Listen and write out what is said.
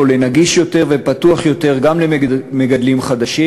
לנגיש יותר ופתוח יותר גם למגדלים חדשים.